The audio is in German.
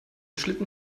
schlitten